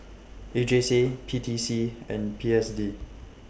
A J C P T C and P S D